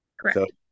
Correct